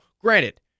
granted